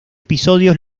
episodios